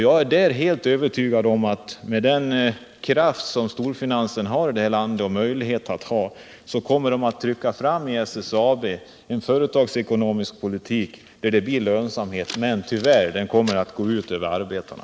Jag är övertygad om att med den kraft som storfinansen har i detta land så kommer man att tvinga fram en företagsekonomisk politik i SSAB där det blir lönsamhet. Men tyvärr — den kommer att gå ut över arbetarna.